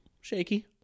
shaky